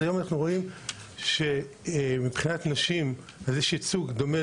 אנחנו רואים שמבחינת נשים יש ייצוג דומה